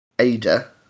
Ada